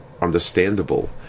understandable